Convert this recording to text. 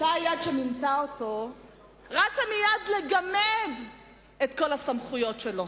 אותה יד שמינתה אותו רצה מייד לגמד את כל הסמכויות שלו.